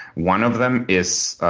one of them is